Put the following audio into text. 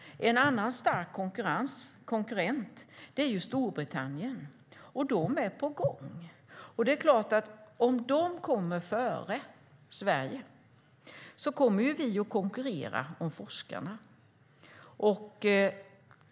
En annan stark konkurrent är Storbritannien, och där är de på gång. Om de kommer före Sverige kommer vi att konkurrera om forskarna.